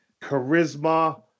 charisma